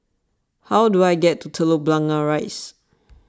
how do I get to Telok Blangah Rise